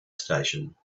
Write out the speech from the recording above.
station